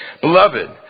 Beloved